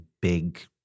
big